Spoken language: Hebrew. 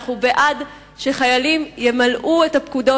אנחנו בעד שחיילים ימלאו את הפקודות,